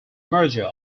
merger